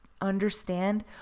understand